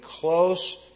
close